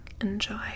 Enjoy